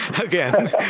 again